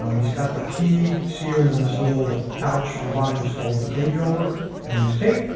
um he's got the key sealed in this little pouch on the bottom, just folded the page over and use tape.